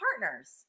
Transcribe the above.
partners